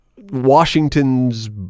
Washington's